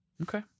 okay